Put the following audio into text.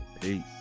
Peace